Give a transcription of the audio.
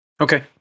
Okay